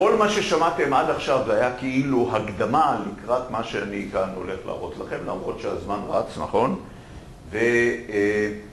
כל מה ששמעתם עד עכשיו זה היה כאילו הקדמה לקראת מה שאני כאן הולך להראות לכם למרות שהזמן רץ, נכון? ו...